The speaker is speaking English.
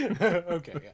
okay